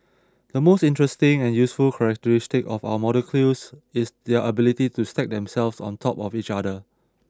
the most interesting and useful characteristic of our molecules is their ability to stack themselves on top of each other